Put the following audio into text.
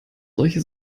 solche